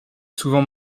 souvent